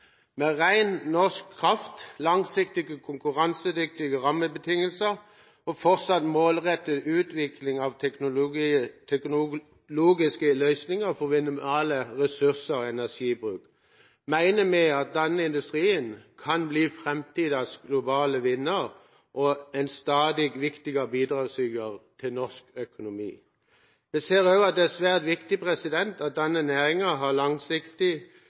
Med ren norsk kraft, langsiktige konkurransedyktige rammebetingelser og fortsatt målrettet utvikling av teknologiske løsninger for minimal ressurs- og energibruk mener vi at denne industrien kan bli framtidas globale vinner og en stadig viktigere bidragsyter til norsk økonomi. Vi ser også at det er svært viktig at denne næringen har